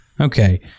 Okay